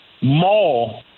mall